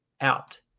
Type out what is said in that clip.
out